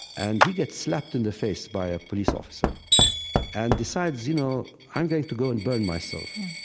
and he gets slapped in the face by a police officer and decides, you know, i'm going to go and burn myself.